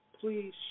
Please